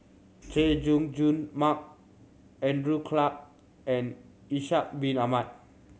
Chay Jung Jun Mark Andrew Clarke and Ishak Bin Ahmad